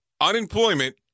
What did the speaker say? unemployment